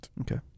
Okay